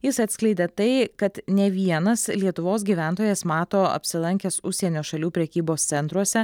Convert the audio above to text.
jis atskleidė tai kad ne vienas lietuvos gyventojas mato apsilankęs užsienio šalių prekybos centruose